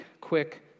quick